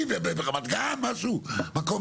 כל פעם בוחרים משהו כזה ואחר,